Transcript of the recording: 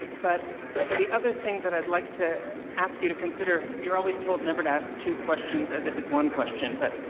but the other thing that i'd like to ask you to consider. you're always told never to ask two questions as if it's one question but,